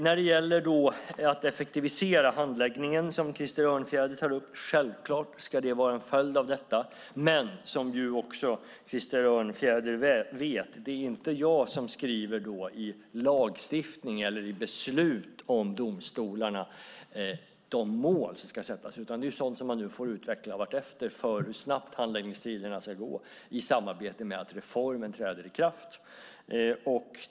När det gäller att effektivisera handläggningen, som Krister Örnfjäder tog upp, ska det självklart vara en följd av detta, men som Krister Örnfjäder vet är det inte jag som i lagstiftning eller beslut skriver vilka mål som ska sättas för domstolarna. Hur snabba handläggningstiderna ska vara är sådant som man får utveckla vartefter i samband med att reformen träder i kraft.